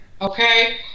Okay